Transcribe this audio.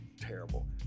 terrible